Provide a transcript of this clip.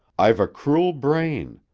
i've a cruel brain.